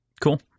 Cool